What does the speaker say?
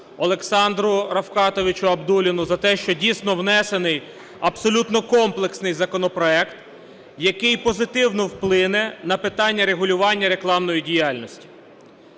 Олександру Рафкатовичу Абдулліну за те, що дійсно внесений абсолютно комплексний законопроект, який позитивно вплине на питання регулювання рекламної діяльності.